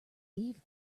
leave